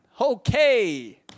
okay